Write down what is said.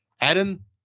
Adam